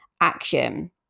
action